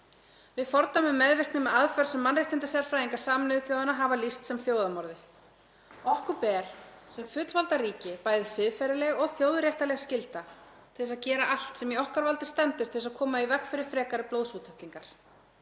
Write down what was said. Við fordæmum meðvirkni með aðför sem mannréttindasérfræðinga Sameinuðu þjóðanna hafa lýst sem þjóðarmorði. Okkur ber sem fullvalda ríki bæði siðferðileg og þjóðréttarleg skylda til að gera allt sem í okkar valdi stendur til að koma í veg fyrir frekari blóðsúthellingar.